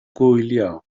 gwylio